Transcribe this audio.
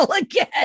again